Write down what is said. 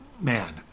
Man